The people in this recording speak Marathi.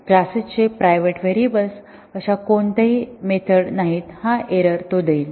क्लासेसचे प्रायव्हेट व्हेरिएबल्स अशा कोणत्याही मेथड नाहीत हा एरर तो देईल